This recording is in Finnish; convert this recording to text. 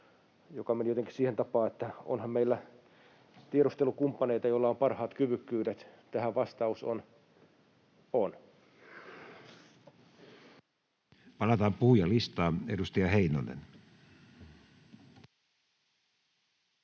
meni jotenkin siihen tapaan, että onhan meillä tiedustelukumppaneita, joilla on parhaat kyvykkyydet. Tähän vastaus on: on. [Speech